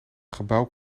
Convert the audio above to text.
gebouw